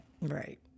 Right